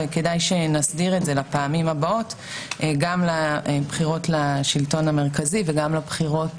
וכדאי שנסדיר את זה לפעמים הבאות גם לבחירות לשלטון המרכזי וגם לבחירות